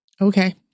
Okay